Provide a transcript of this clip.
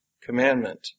commandment